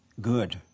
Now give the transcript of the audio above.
good